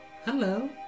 hello